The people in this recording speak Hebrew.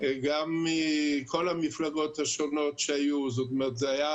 גם מכל המפלגות השונות שהיו, זאת אומרת, זה היה